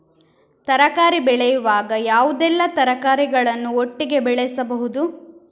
ತರಕಾರಿ ಬೆಳೆಯುವಾಗ ಯಾವುದೆಲ್ಲ ತರಕಾರಿಗಳನ್ನು ಒಟ್ಟಿಗೆ ಬೆಳೆಸಬಹುದು?